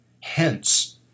Hence